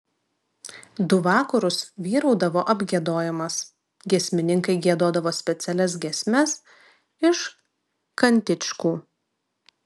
du vakarus vyraudavo apgiedojimas giesmininkai giedodavo specialias giesmes iš kantičkų